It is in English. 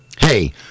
hey